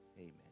Amen